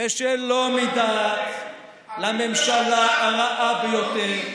ושלא מדעת לממשלה הרעה ביותר,